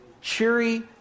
cheery